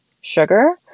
sugar